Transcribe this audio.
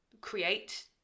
create